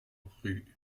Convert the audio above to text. rue